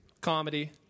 comedy